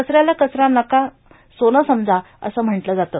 कचऱ्याला कचरा नका सोनं समजा असं म्हटलं जातं